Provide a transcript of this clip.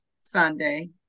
Sunday